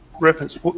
reference